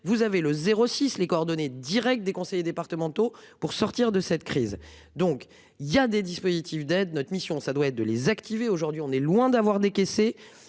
vous avez le 06 les coordonnées directe des conseillers départementaux pour sortir de cette crise. Donc il y a des dispositifs d'aide notre mission. Ça doit être de les activer, aujourd'hui on est loin d'avoir décaissé.